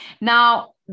Now